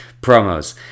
Promos